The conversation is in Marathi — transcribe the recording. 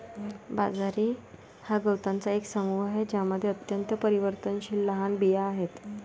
बाजरी हा गवतांचा एक समूह आहे ज्यामध्ये अत्यंत परिवर्तनशील लहान बिया आहेत